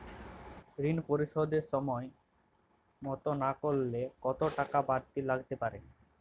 ঋন পরিশোধ সময় মতো না করলে কতো টাকা বারতি লাগতে পারে?